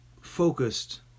focused